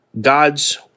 God's